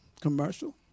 commercial